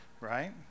right